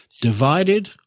Divided